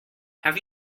have